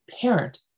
parent